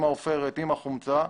עם העופרת ועם החומצה.